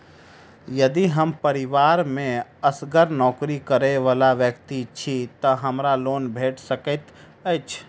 यदि हम परिवार मे असगर नौकरी करै वला व्यक्ति छी तऽ हमरा लोन भेट सकैत अछि?